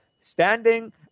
standing